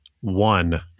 one